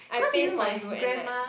I pay for you and like